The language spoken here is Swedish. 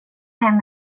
hem